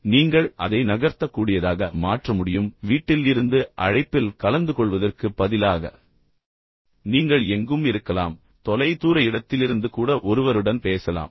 எனவே நீங்கள் அதை நகர்த்தக்கூடியதாக மாற்ற முடியும் எனவே வீட்டில் இருந்து அழைப்பில் கலந்துகொள்வதற்குப் பதிலாக நீங்கள் எங்கும் இருக்கலாம் பின்னர் தொலைதூர இடத்திலிருந்து கூட ஒருவருடன் பேசலாம்